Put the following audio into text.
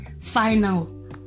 final